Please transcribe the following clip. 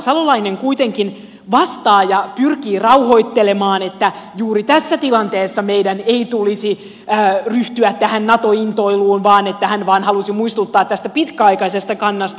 salolainen kuitenkin vastaa ja pyrkii rauhoittelemaan että juuri tässä tilanteessa meidän ei tulisi ryhtyä tähän nato intoiluun vaan että hän vain halusi muistuttaa tästä pitkäaikaisesta kannasta